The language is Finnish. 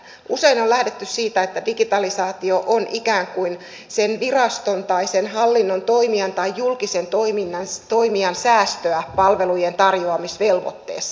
usein on lähdetty siitä että digitalisaatio on ikään kuin sen viraston tai hallinnon toimijan tai julkisen toimijan säästöä palvelujen tarjoamisvelvoitteessa